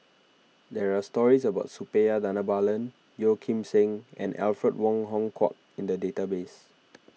there are stories about Suppiah Dhanabalan Yeo Kim Seng and Alfred Wong Hong Kwok in the database